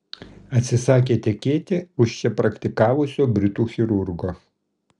atsisakė tekėti už čia praktikavusio britų chirurgo